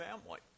family